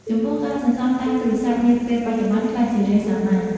ចំពោះ ការសន្សុំតាមទូរស័ព្ទនាពេលបច្ចុប្បន្នក្លាយជារឿងសាមញ្ញ។